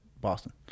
Boston